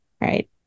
right